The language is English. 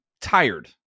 tired